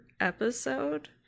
episode